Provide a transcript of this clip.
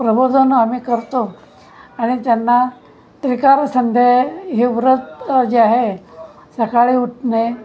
प्रबोधन आम्ही करतो आणि त्यांना त्रिकाल संध्या हे व्रत जे आहे सकाळी उठणे